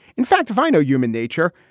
in fact, if i know human nature,